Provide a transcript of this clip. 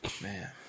Man